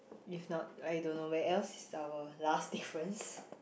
if not I don't know where else is our last difference